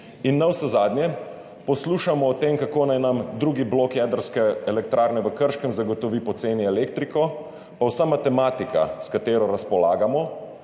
In navsezadnje poslušamo o tem, kako naj nam drugi blok jedrske elektrarne v Krškem zagotovi poceni elektriko, pa vsa matematika, s katero razpolagamo,